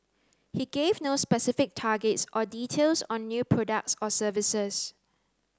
he gave no specific targets or details on new products or services